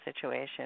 situation